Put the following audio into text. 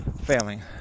failing